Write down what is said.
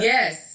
Yes